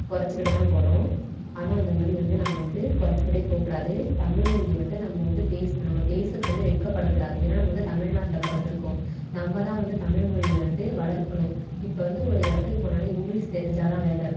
கொறச்சுக்கிட்டுதான் போகிறோம் ஆனால் அந்த மாதிரி வந்து நம்ப வந்து கொறச்சுக்கிட்டே போகக்கூடாது தமிழ்மொழியை வந்து நம்ம வந்து பேசணும் நம்ம பேசுறத்துக்கு வந்து வெட்கப்படக்கூடாது ஏனால் நம்ம வந்து தமிழ்நாட்டில் பிறந்துருக்கோம் நம்மதான் வந்து தமிழ்மொழியை வந்து வளர்க்கணும் இப்போ வந்து ஒரு இடத்துக்கு போனாலே இங்கிலீஷ் தெரிஞ்சால்தான் வேலை